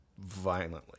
violently